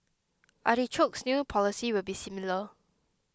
Artichoke's new policy will be similar